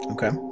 Okay